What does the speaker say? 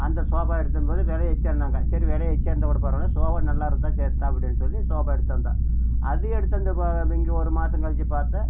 அந்த சோபா எடுத்தம் போது விலை எச்சான்னாங்க சரி விலை எச்சா இருந்தால் கூட சோபா நல்லாயிருந்தா சரி தான் அப்படின்னு சொல்லி சோபா எடுத்து வந்தோம் அது எடுத்து வந்து பா இங்கே ஒரு மாசம் கழித்து பார்த்தா